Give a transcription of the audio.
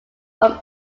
from